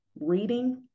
reading